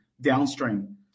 downstream